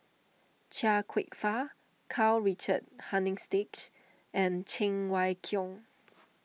Chia Kwek Fah Karl Richard Hanitsch and Cheng Wai Keung